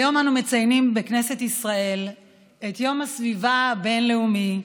היום אנו מציינים בכנסת ישראל את יום הסביבה הבין-לאומי,